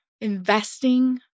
investing